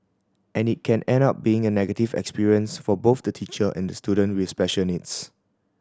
and it can end up being a negative experience for both the teacher and the student with special needs